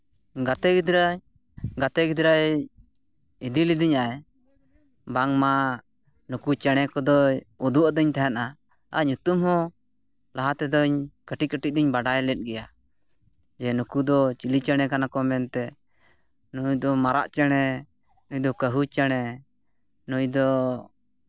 ᱜᱟᱛᱮ ᱜᱤᱫᱽᱨᱟᱹ ᱜᱟᱛᱮ ᱜᱤᱫᱽᱨᱟᱹᱭ ᱤᱫᱤ ᱞᱤᱫᱤᱧᱟᱭ ᱵᱟᱝᱢᱟ ᱱᱩᱠᱩ ᱪᱮᱬᱮ ᱠᱚᱫᱚᱭ ᱩᱫᱩᱜ ᱟᱹᱫᱤᱧ ᱛᱟᱦᱮᱱᱟ ᱟᱨ ᱧᱩᱛᱩᱢ ᱦᱚᱸ ᱞᱟᱜᱟ ᱛᱮᱫᱚᱧ ᱠᱟᱹᱴᱤᱡ ᱠᱟᱹᱴᱤᱡ ᱫᱚᱧ ᱵᱟᱰᱟᱭ ᱞᱮᱜ ᱜᱮᱭᱟ ᱡᱮ ᱱᱩᱠᱩ ᱫᱚ ᱪᱤᱞᱤ ᱪᱮᱬᱮ ᱠᱟᱱᱟᱠᱚ ᱢᱮᱱᱛᱮ ᱱᱩᱭ ᱫᱚ ᱢᱟᱨᱟᱜ ᱪᱮᱬᱮ ᱱᱩᱭᱫᱚ ᱠᱟᱹᱦᱩ ᱪᱮᱬᱮ ᱱᱩᱭᱫᱚ